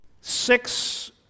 Six